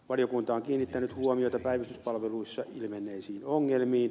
valiokunta on kiinnittänyt huomiota päivystyspalveluissa ilmenneisiin ongelmiin